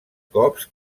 cops